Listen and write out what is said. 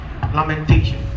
Lamentation